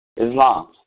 Islam